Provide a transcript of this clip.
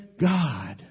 God